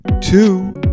two